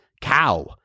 cow